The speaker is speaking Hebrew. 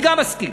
גם אני מסכים.